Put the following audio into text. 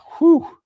whoo